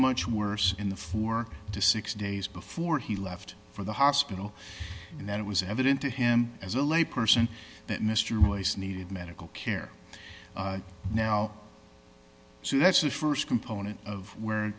much worse in the four to six days before he left for the hospital and that it was evident to him as a lay person that mr royce needed medical care now so that's the st component of where